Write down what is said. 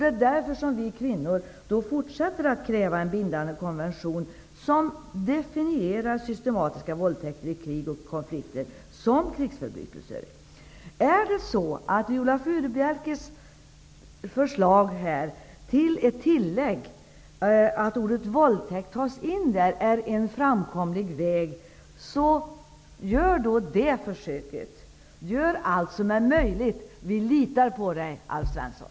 Det är därför som vi kvinnor fortsätter att kräva en bindande konvention som definierar systematiska våldtäkter i krig och konflikter som krigsförbrytelser. Genèvekonventionen, att ordet våldtäkt tas in, är en framkomlig väg, försök då med det. Gör allt som är möjligt! Vi litar på Alf Svensson!